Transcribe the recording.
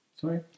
Sorry